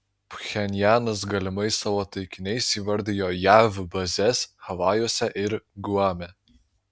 pchenjanas galimais savo taikiniais įvardijo jav bazes havajuose ir guame